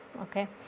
Okay